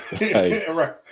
right